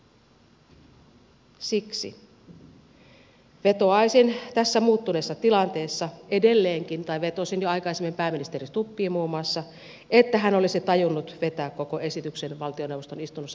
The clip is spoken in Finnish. siksi vetosin jo aikaisemmin tässä muuttuneessa tilanteessa muun muassa pääministeri stubbiin että hän olisi tajunnut vetää koko esityksen valtioneuvoston istunnossa pois käsittelystä